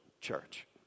church